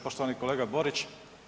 Poštovani kolega Borić.